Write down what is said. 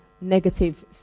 negative